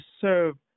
serve